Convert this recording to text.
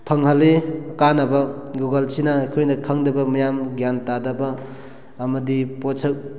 ꯐꯪꯍꯜꯂꯤ ꯀꯥꯟꯅꯕ ꯒꯨꯒꯜꯁꯤꯅ ꯑꯩꯈꯣꯏꯅ ꯈꯪꯗꯕ ꯃꯌꯥꯝ ꯒ꯭ꯌꯥꯟ ꯇꯥꯗꯕ ꯑꯃꯗꯤ ꯄꯣꯠꯁꯛ